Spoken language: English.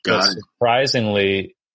Surprisingly